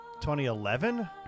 2011